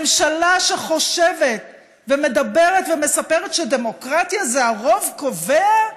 ממשלה שחושבת ומדברת ומספרת שדמוקרטיה זה הרוב קובע?